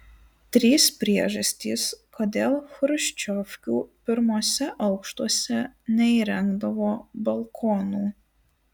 trys priežastys kodėl chruščiovkių pirmuose aukštuose neįrengdavo balkonų